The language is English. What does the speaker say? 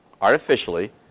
artificially